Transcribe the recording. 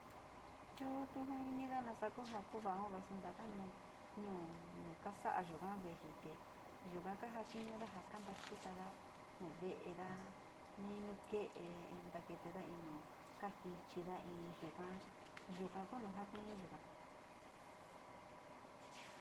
Chuu tu jinida nasa kuja kuva´aun vaso ntaka nu ñuu nu kasa´a yuga veeji te yuga kajatiñuda ja kanta xitada jo ve´edaa, nii nuke´e nakeetade, kajichida in yuka, yuka ku jatiño yuka.